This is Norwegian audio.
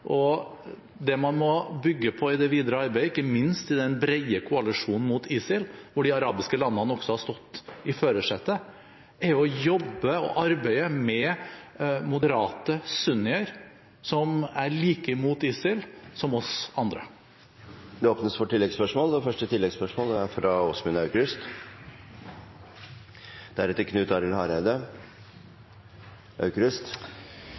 og det man må bygge på i det videre arbeidet, ikke minst i den brede koalisjonen mot ISIL, hvor de arabiske landene også har sittet i førersetet, er å jobbe og arbeide med moderate sunnier, som er like mye mot ISIL som oss andre. Det blir oppfølgingsspørsmål – først Åsmund Aukrust. Det er